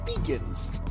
Begins